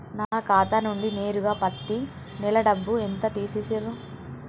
నా ఖాతా నుండి నేరుగా పత్తి నెల డబ్బు ఎంత తీసేశిర్రు?